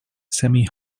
semi